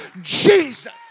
Jesus